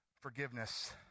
Forgiveness